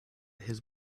his